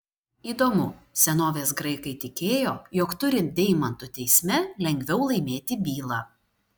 įdomu senovės graikai tikėjo jog turint deimantų teisme lengviau laimėti bylą